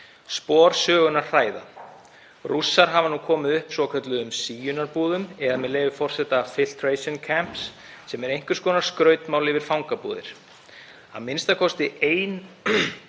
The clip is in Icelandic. Spor sögunnar hræða. Rússar hafa nú komið upp svokölluðum síunarherbúðum eða, með leyfi forseta, „filtration camps“, sem er einhvers konar skrautmál yfir fangabúðir. Að minnsta kosti 1